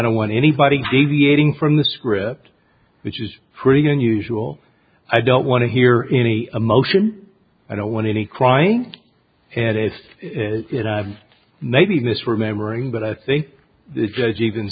don't want anybody deviating from the script which is pretty unusual i don't want to hear any emotion i don't want any crying and asked it i've maybe misremembering but i think the judge even